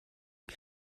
und